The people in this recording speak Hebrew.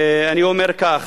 אני אומר כך: